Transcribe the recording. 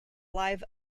live